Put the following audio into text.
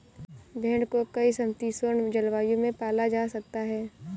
भेड़ को कई समशीतोष्ण जलवायु में पाला जा सकता है